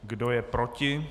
Kdo je proti?